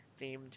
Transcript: themed